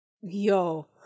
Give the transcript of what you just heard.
Yo